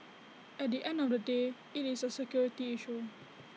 at the end of the day IT is A security issue